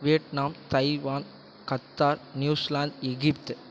Vietnam Taiwan Qatar New Zealand Egypt